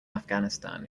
afghanistan